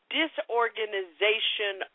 disorganization